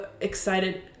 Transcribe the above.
excited